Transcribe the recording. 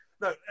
no